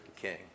king